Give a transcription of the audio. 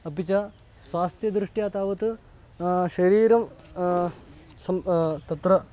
अपि च स्वास्थ्यदृष्ट्या तावत् शरीरं सं तत्र